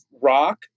rock